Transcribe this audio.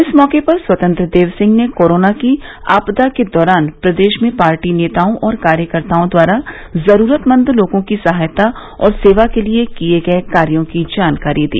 इस मौके पर स्वतंत्र देव सिंह ने कोरोना की आपदा के दौरान प्रदेश में पार्टी नेताओं और कार्यकर्ताओं द्वारा जरूरतमंदों की सहायता और सेवा के लिये किये गये कार्यों की जानकारी दी